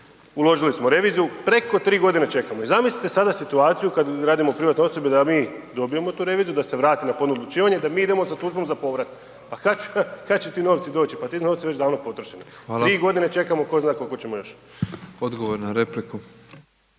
Uložili smo reviziju, preko 3 g. čekamo i zamislite sada situaciju kada …/Govornik se ne razumije./… privatnoj osobi, da mi dobijemo tu reviziju, da se vratimo na ponovno odlučivanje i da mi idemo sa tužbom za povrat. Pa kada će ti novci doći? Pa ti novci su već davno potrošeni, 3 g. čekamo ko zna koliko ćemo još. **Petrov, Božo